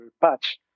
patch